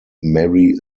mary